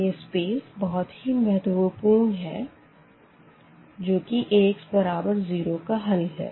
यह स्पेस बहुत ही महत्वपूर्ण है जो कि Ax बराबर 0 का हल है